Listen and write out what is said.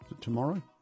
tomorrow